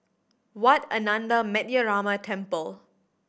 Wat Ananda Metyarama Temple